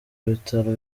bitaro